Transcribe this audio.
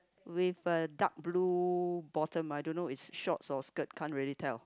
with a dark blue bottom I don't know it's a shorts or skirt can't really tell